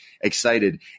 excited